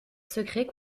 secret